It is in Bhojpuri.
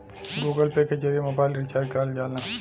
गूगल पे के जरिए मोबाइल रिचार्ज करल जाला